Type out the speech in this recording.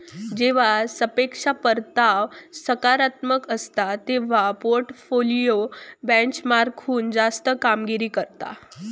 जेव्हा सापेक्ष परतावा सकारात्मक असता, तेव्हा पोर्टफोलिओ बेंचमार्कहुन जास्त कामगिरी करता